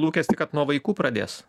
lūkestį kad nuo vaikų pradės